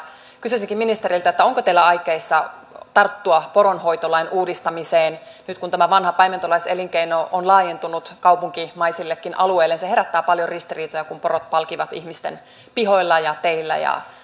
kysyisinkin ministeriltä onko teillä aikeita tarttua poronhoitolain uudistamiseen nyt kun tämä vanha paimentolaiselinkeino on laajentunut kaupunkimaisillekin alueille se herättää paljon ristiriitoja kun porot palkivat ihmisten pihoilla ja teillä